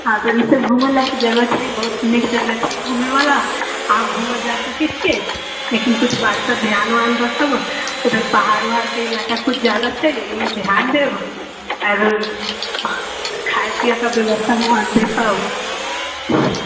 हँ ई तऽ घूमय लायक जगह छै बहुत नीक जगह छै घूमयवला अहाँ घूमय जा सकैत छियै लेकिन किछु बातके ध्यान उआन राखब उधर पहाड़ उहाड़के इलाका किछु ज्यादा छै एहि ध्यान देब खाय पीयैके व्यवस्था वहाँ देखब